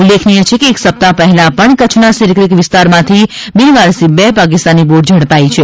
ઉલ્લેખનીય છે કે એક સપ્તાહ્ર પહેલા પણ કચ્છના સિરક્રીક વિસ્તારમાંથી બિનવારસી બે પાકિસ્તાની બોટ ઝડપાઈ છે